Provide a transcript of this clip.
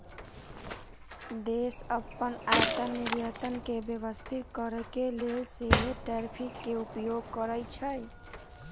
देश अप्पन आयात निर्यात के व्यवस्थित करके लेल सेहो टैरिफ के उपयोग करइ छइ